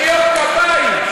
מחיאות כפיים,